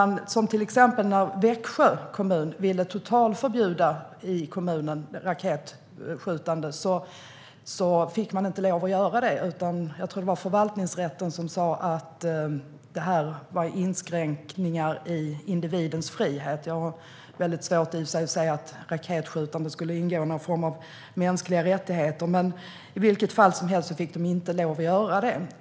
När till exempel Växjö kommun ville totalförbjuda raketskjutande i kommunen fick man inte lov att göra det. Jag tror att det var förvaltningsrätten som sa att det innebär inskränkningar i individens frihet. Jag har i och för sig svårt att se att raketskjutande skulle ingå i någon form av mänskliga rättigheter, men i vilket fall som helst fick inte kommunen lov att göra detta.